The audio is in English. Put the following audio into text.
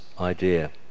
idea